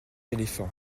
éléphants